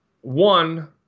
one